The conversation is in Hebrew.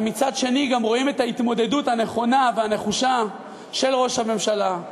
ומצד שני גם רואים את ההתמודדות הנכונה והנחושה של ראש הממשלה,